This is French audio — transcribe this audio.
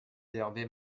d’hervé